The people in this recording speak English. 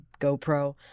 GoPro